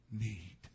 need